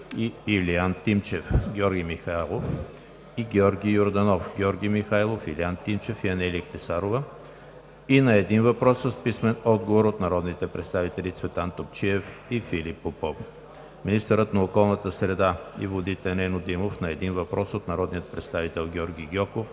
и Илиян Тимчев; Георги Михайлов; и Георги Йорданов, Георги Михайлов, Илиян Тимчев и Анелия Клисарова; и на един въпрос с писмен отговор от народните представители Цветан Топчиев и Филип Попов; - министърът на околната среда и водите Нено Димов – на един въпрос от народния представител Георги Гьоков;